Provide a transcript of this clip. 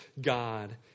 God